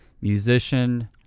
musician